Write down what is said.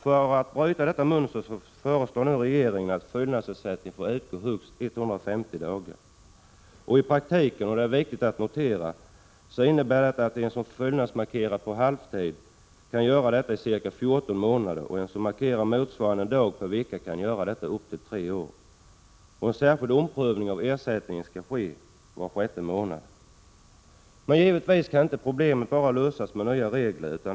För att bryta detta mönster föreslår nu regeringen att fyllnadsersättning får utgå högst 150 dagar. I praktiken innebär detta — och det är viktigt att notera — att den som är arbetslös på halvtid kan få fyllnadsersättning i ca 14 månader, och den som är arbetslös motsvarande en dag per vecka kan få ersättning i upp till tre år. Särskild omprövning av ersättningen skall ske var sjätte månad. Givetvis kan inte problemet lösas enbart med nya regler.